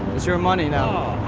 it's your money now.